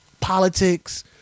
Politics